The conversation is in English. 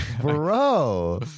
Bro